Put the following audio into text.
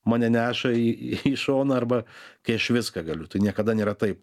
mane neša į į šoną arba kai aš viską galiu tai niekada nėra taip